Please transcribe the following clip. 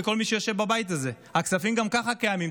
ולכל מי שיושב בבית הזה: הכספים גם ככה קיימים,